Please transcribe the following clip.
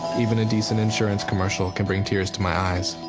even a decent insurance commercial can bring tears to my eyes.